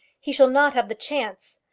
he shall not have the chance.